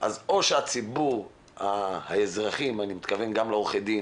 או שציבור האזרחים ואני מתכוון לעורכי דין,